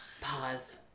Pause